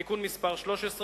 בתיקון מס' 13,